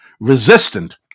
resistant